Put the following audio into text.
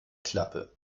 klappe